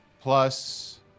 plus